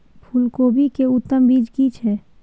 फूलकोबी के उत्तम बीज की छै?